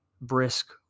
brisk